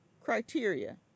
criteria